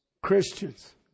Christians